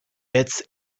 it’s